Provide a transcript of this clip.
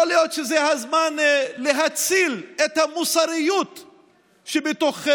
יכול להיות שזה הזמן להציל את המוסריות שבתוככם.